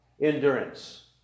endurance